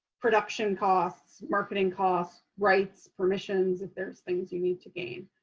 production costs, marketing costs, rights, permissions, if there's things you need to gain.